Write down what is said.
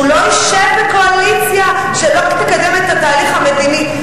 שהוא לא ישב בקואליציה שלא תקדם את התהליך המדיני.